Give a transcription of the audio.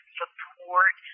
support